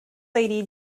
lady